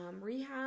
rehab